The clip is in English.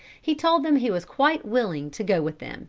he told them he was quite willing to go with them,